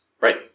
Right